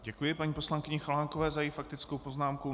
Děkuji paní poslankyni Chalánkové za její faktickou poznámku.